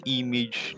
image